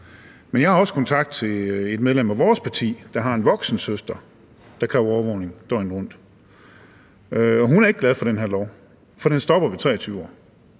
Men jeg har også kontakt til et medlem af vores parti, der har en voksen søster, der kræver overvågning døgnet rundt, og hun er ikke glad for den her lov, for den stopper ved 23 år.